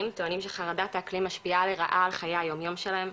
טוענים שחרדת האקלים משפיעה לרעה על חיי היומיום שלהם.